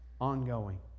ongoing